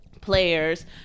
players